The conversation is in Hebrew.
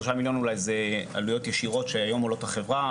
שלושה מיליון אולי זה עלויות ישירות שהיום עולות לחברה,